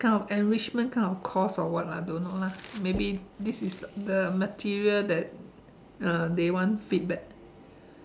kind of enrichment kind of course or what lah don't know lah maybe this is the material that uh they want feedback